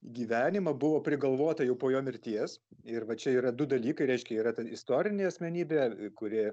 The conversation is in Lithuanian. gyvenimą buvo prigalvota jau po jo mirties ir va čia yra du dalykai reiškia yra ta istorinė asmenybė kuri